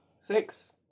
six